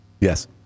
Yes